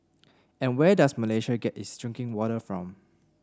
and where does Malaysia get its drinking water from